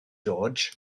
george